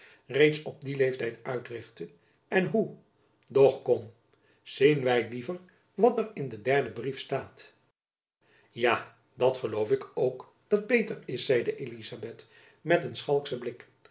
reeds op dien leeftijd uitrichtte en hoe doch kom zien wy liever wat er in den derden brief staat ja dat geloof ik ook dat beter is zeide elizabeth met een schalkschen blik